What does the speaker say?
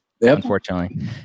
unfortunately